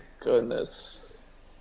goodness